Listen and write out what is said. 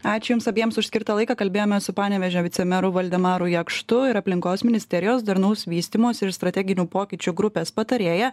ačiū jums abiems už skirtą laiką kalbėjomės su panevėžio vicemeru valdemaru jakštu ir aplinkos ministerijos darnaus vystymosi ir strateginių pokyčių grupės patarėja